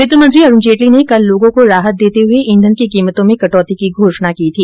वित्त मंत्री अरुण जेटली ने कल लोगों को राहत देते हुए ईंधन की कीमतों में कटौती की घोषणा की थी